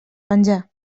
penjar